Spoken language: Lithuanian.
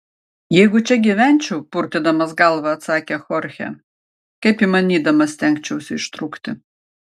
jeigu čia gyvenčiau purtydamas galvą atsakė chorchė kaip įmanydamas stengčiausi ištrūkti